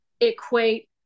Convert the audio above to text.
equate